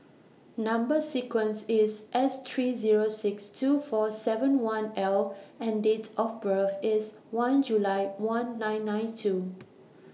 Number sequence IS S three Zero six two four seven one L and Date of birth IS one July one nine nine two